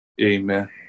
Amen